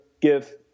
give